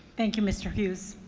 thank you, mr. hughes.